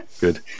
good